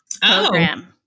program